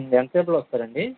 ఎంత సేపులో వస్తారు అండి